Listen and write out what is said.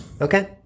Okay